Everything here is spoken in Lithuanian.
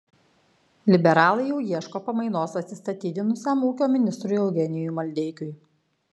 liberalai jau ieško pamainos atsistatydinusiam ūkio ministrui eugenijui maldeikiui